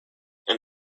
and